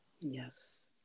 yes